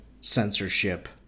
censorship